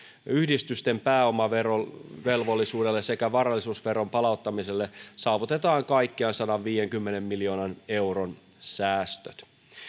yhdistysten pääomaverovelvollisuudella sekä varallisuusveron palauttamisella saavutetaan kaikkiaan sadanviidenkymmenen miljoonan euron säästöt